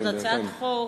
זאת הצעת חוק.